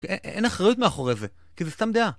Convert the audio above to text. אין אחריות מאחורי זה, כי זה סתם דעה.